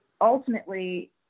ultimately